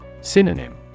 Synonym